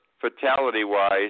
fatality-wise